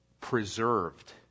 preserved